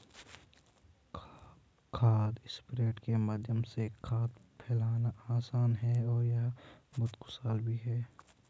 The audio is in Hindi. खाद स्प्रेडर के माध्यम से खाद फैलाना आसान है और यह बहुत कुशल भी है